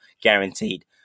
guaranteed